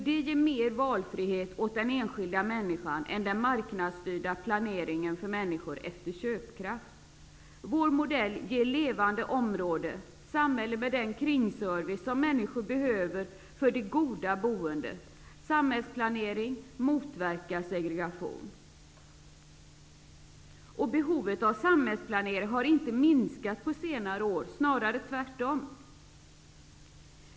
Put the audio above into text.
Det ger mer valfrihet för den enskilda människan än den marknadstyrda planeringen för människor efter köpkraft. Vår modell ger levande områden och samhällen med den kringservice som människor behöver för det goda boendet. Samhällsplanering motverkar segregation. Behovet av samhällsplanering har inte minskat på senare år, snarare tvärtom.